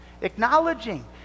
Acknowledging